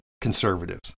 conservatives